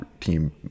team